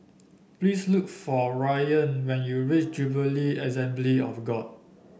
please look for Ryann when you reach Jubilee Assembly of God